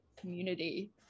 community